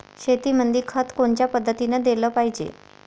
शेतीमंदी खत कोनच्या पद्धतीने देलं पाहिजे?